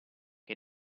che